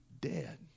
dead